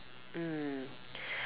mm